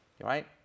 Right